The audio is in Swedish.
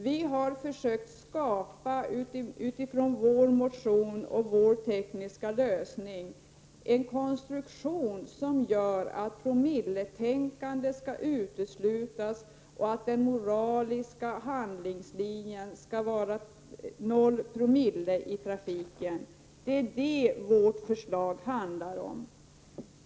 Vi har försökt skapa i vår motion och vår tekniska lösning en konstruktion, som gör att promilletänkandet skall uteslutas och att den moraliska handlingslinjen skall vara 0 Jo i trafiken. Det är detta vårt förslag handlar om.